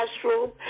classroom